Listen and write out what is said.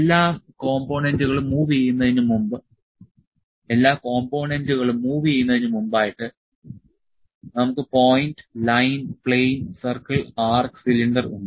എല്ലാ കോംപോണേന്റുകളും മൂവ് ചെയ്യുന്നതിന് മുൻപ് ആയിട്ട് നമുക്ക് point line plane circle arc cylinder ഉണ്ട്